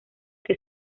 que